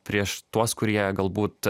prieš tuos kurie galbūt